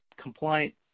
compliance